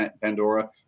Pandora